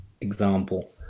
example